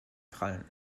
krallen